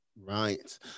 Right